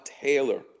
Taylor